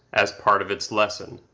as part of its lesson.